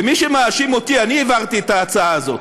ומי שמאשים אותי, אני העברתי את ההצעה הזאת,